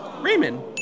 Raymond